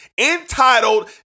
entitled